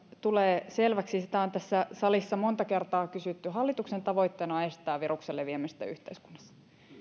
tulee selväksi kun sitä on tässä salissa monta kertaa kysytty hallituksen tavoitteena on estää viruksen leviämistä yhteiskunnassa